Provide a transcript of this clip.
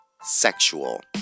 sexual